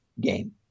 game